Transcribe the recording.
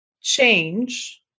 change